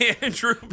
Andrew